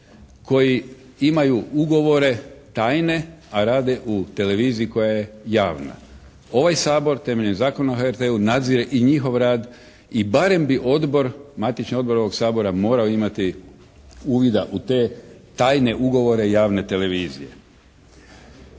koji imaju ugovore tajne, a rade u televiziji koja je javna. Ovaj Sabor temeljem Zakona o HRT-u nadzire i njihov rad i barem bi odbor, matični odbor ovog Sabora morao imati uvida u te tajne ugovore javne televizije.